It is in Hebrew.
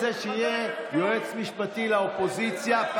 לא תרצה שיהיה יועץ משפטי לאופוזיציה,